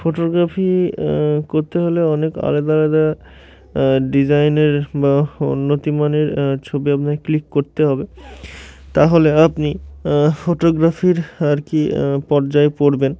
photography করতে হলে অনেক আলাদা আলাদা ডিজাইনের বা উন্নত মানের ছবি আপনাকে ক্লিক করতে হবে তাহলে আপনি ফোটোগ্রাফির আর কি পর্যায়ে পড়বেন